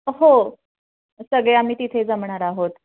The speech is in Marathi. हो सगळे आम्ही तिथे जमणार आहोत